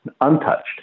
untouched